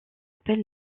appels